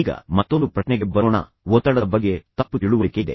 ಈಗ ಮತ್ತೊಂದು ಪ್ರಶ್ನೆಗೆ ಬರೋಣ ಒತ್ತಡದ ಬಗ್ಗೆ ತಪ್ಪು ತಿಳುವಳಿಕೆ ಇದೆ